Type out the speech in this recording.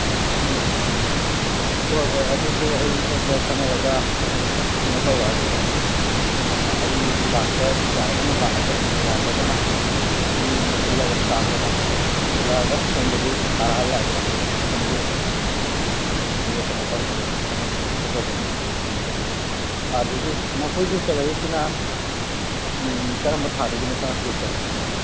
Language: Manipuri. ꯎꯝ ꯍꯣꯏ ꯍꯣꯏ ꯑꯗꯨꯁꯨ ꯑꯩ ꯁꯣꯝꯗ ꯈꯟꯅꯔꯒ ꯀꯩꯅꯣ ꯇꯧꯔꯛꯑꯒꯦ ꯑꯩ ꯂꯥꯛꯄ ꯌꯥꯔꯒꯅ ꯂꯥꯛꯑꯒꯦ ꯌꯥꯗ꯭ꯔꯒꯅ ꯃꯤ ꯑꯃ ꯁꯤꯜꯂꯒ ꯏꯁꯇꯥꯞ ꯑꯃ ꯁꯤꯜꯂꯛꯑꯒ ꯁꯣꯝꯗꯒꯤ ꯊꯥꯔꯛꯍꯜꯂꯒꯦ ꯏꯟꯁꯄꯦꯛꯁꯟꯒꯤ ꯑꯣꯏꯅ ꯑꯗꯨꯒ ꯀꯩꯅꯣ ꯇꯧꯅꯕ ꯅꯪꯒꯤ ꯍꯧꯖꯤꯛꯀꯤ ꯄ꯭ꯔꯣꯕ꯭ꯂꯦꯝ ꯃꯌꯥꯝꯗꯨꯁꯨ ꯀꯩꯅꯣ ꯇꯧꯅꯕ ꯑꯗꯒꯤ ꯅꯈꯣꯏꯒꯤ ꯁꯦꯂꯔꯤꯁꯤꯅ ꯀꯔꯝꯕ ꯊꯥꯗꯒꯤꯅꯣ ꯆꯪꯉꯛꯇ꯭ꯔꯤꯁꯦ